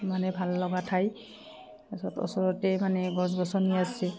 মানে ভাল লগা ঠাই তাৰপিছত ওচৰতে মানে গছ গছনি আছে